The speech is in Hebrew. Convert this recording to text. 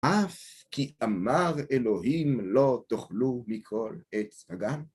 אף כי אמר אלוהים לא תאכלו מכל עץ הגן.